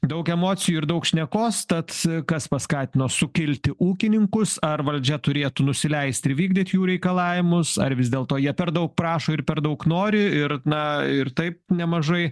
daug emocijų ir daug šnekos tad kas paskatino sukilti ūkininkus ar valdžia turėtų nusileisti ir vykdyt jų reikalavimus ar vis dėlto jie per daug prašo ir per daug nori ir na ir taip nemažai